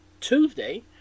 Tuesday